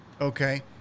Okay